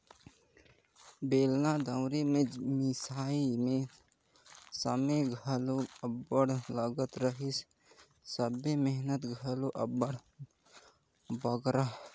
बेलना दउंरी मे मिंजई मे समे घलो अब्बड़ लगत रहिस संघे मेहनत घलो अब्बड़ बगरा